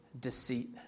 deceit